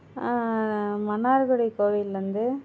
Mannargudi கோவில்யிலருந்து